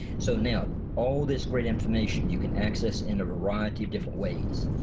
so now all this great information you can access in a variety of different ways.